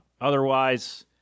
Otherwise